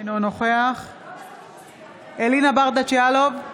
אינו נוכח אלינה ברדץ' יאלוב,